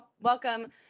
welcome